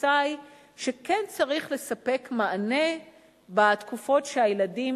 התפיסה היא שכן צריך לספק מענה בתקופות שהילדים